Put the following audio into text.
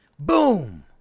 Boom